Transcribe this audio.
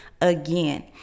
again